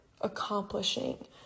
accomplishing